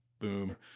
Boom